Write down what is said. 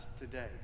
today